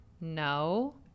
no